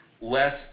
less